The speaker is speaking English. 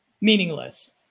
meaningless